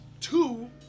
two